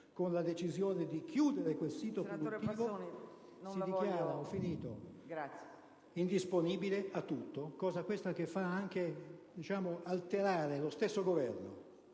con la decisione di chiudere quel sito produttivo, si dichiara indisponibile a tutto, cosa questa che fa anche alterare gli stessi membri